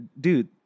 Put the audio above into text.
Dude